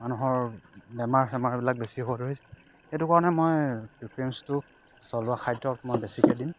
মানুহৰ বেমাৰ চেমাৰবিলাক বেছি হ'ব ধৰিছে সেইটো কাৰণে মই প্ৰিফেৰেঞ্চটো থলুৱা খাদ্যক মই বেছিকৈ দিম